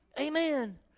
Amen